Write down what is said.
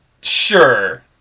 Sure